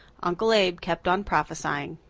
uncle abe kept on prophesying.